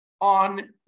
on